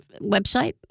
website